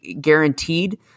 guaranteed